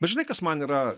bet žinai kas man yra